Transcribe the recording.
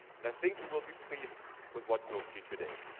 and i think you will be pleased with what you'll see today.